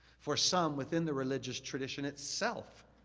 for some within the religious tradition itself,